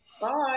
Bye